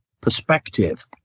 perspective